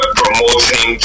promoting